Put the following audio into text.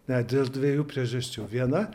net dėl dviejų priežasčių viena